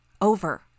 Over